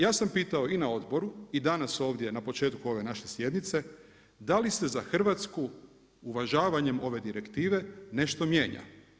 Ja sam pitao i na odboru i danas ovdje na početku ove naše sjednice, da li se za Hrvatsku uvažavanjem ove direktivne nešto mijenja?